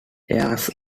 airs